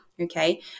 okay